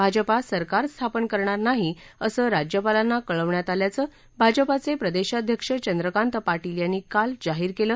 भाजपा सरकार स्थापन करणार नाही असं राज्यपालांना कळवण्यात आल्याचं भाजपाचे प्रदेशाध्यक्ष चंद्रकांत पाटील यांनी काल जाहीर केलं